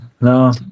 no